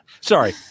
Sorry